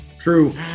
True